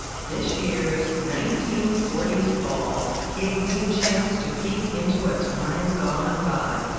this year's nineteen forty s ball gave me a chance to peek into a time gone by,